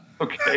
Okay